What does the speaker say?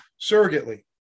surrogately